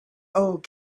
old